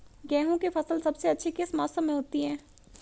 गेंहू की फसल सबसे अच्छी किस मौसम में होती है?